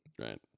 right